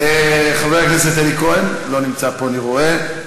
חבר הכנסת אלי כהן לא נמצא פה, אני רואה.